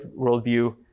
worldview